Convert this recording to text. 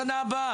בשנה הבאה.